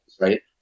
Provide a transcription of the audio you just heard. right